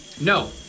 No